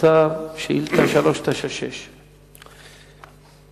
שאל את השר לביטחון פנים ביום ג' בחשוון התש"ע (21 באוקטובר 2009):